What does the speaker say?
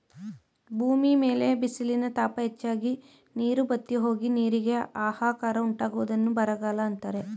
ಭೂಮಿ ಮೇಲೆ ಬಿಸಿಲಿನ ತಾಪ ಹೆಚ್ಚಾಗಿ, ನೀರು ಬತ್ತಿಹೋಗಿ, ನೀರಿಗೆ ಆಹಾಕಾರ ಉಂಟಾಗುವುದನ್ನು ಬರಗಾಲ ಅಂತರೆ